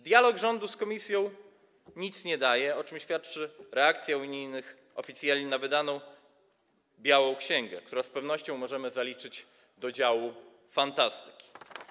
Dialog rządu z Komisją nic nie daje, o czym świadczy reakcja unijnych oficjeli na wydaną białą księgę, którą z pewnością możemy zaliczyć do działu fantastyki.